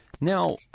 Now